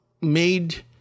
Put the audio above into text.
made